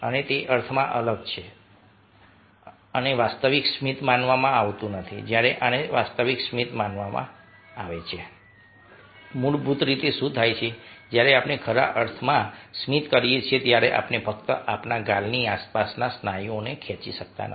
અને તે અર્થમાં અલગ છે કે આને વાસ્તવિક સ્મિત માનવામાં આવતું નથી જ્યાં આને વાસ્તવિક સ્મિત માનવામાં આવશે મૂળભૂત રીતે શું થાય છે જ્યારે આપણે ખરા અર્થમાં સ્મિત કરીએ છીએ ત્યારે આપણે ફક્ત આપણા ગાલની આસપાસના સ્નાયુઓને ખેંચી શકતા નથી